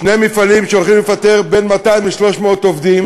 שני מפעלים שהולכים לפטר בין 200 ל-300 עובדים